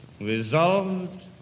resolved